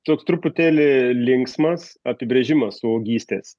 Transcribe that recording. toks truputėlį linksmas apibrėžimas suaugystės